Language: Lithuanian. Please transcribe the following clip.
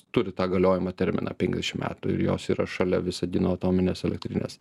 turi tą galiojimo terminą penkiasdešim metų ir jos yra šalia visagino atominės elektrinės